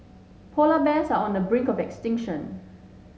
polar bears are on the brink of extinction